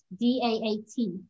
D-A-A-T